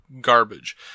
garbage